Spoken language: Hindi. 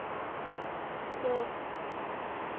उसको